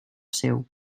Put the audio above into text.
seu